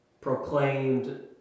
proclaimed